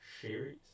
series